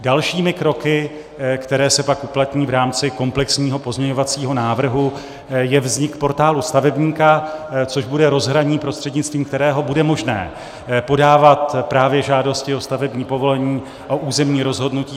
Dalšími kroky, které se pak uplatní v rámci komplexního pozměňovacího návrhu, je vznik Portálu stavebníka, což bude rozhraní, prostřednictvím kterého bude možné podávat právě žádosti o stavební povolení, o územní rozhodnutí.